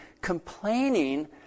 complaining